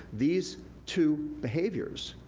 these two behaviors,